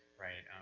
right,